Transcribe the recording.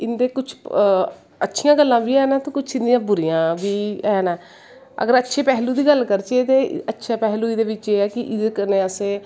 इंदे कुश अच्छियां गल्ला बी हैन न ते कुश दियां बुरियां बी हैन नै अगर अच्छे पैह्लू दी गल्ल करचै ते अच्छा पैह्लू एह् ऐ कि एह्दे कन्नै अस